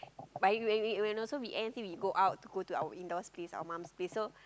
but when we we when also we end thing we go out go to our indoor place our mom place so